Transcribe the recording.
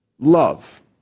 Love